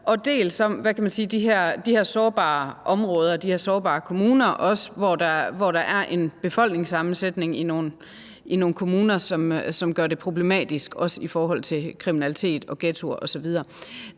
dels de her sårbare områder, de her sårbare kommuner, hvor der også er en befolkningssammensætning i nogle af de kommuner, som gør det problematisk, også i forhold til kriminalitet og ghettoer osv.